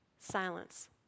silence